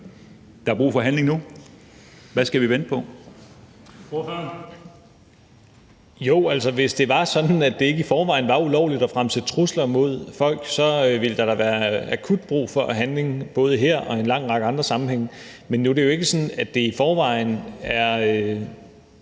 (S): Jo, hvis det var sådan, at det ikke i forvejen var ulovligt at fremsætte trusler mod folk, ville der da være akut brug for handling både her og i en lang række andre sammenhænge. Nu er det jo ikke sådan, at det i forvejen er